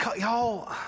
Y'all